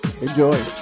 Enjoy